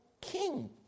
king